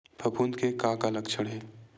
फफूंद के का लक्षण हे?